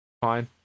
Fine